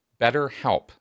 BetterHelp